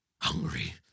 Hungry